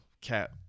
cap